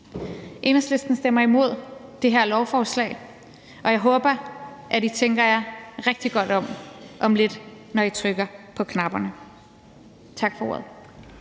Enhedslisten stemmer imod det her lovforslag, og jeg håber, at I tænker jer rigtig godt om, når I om lidt trykker på knapperne. Tak for ordet.